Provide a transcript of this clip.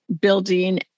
building